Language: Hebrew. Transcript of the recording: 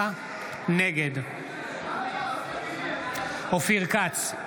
נגד אופיר כץ,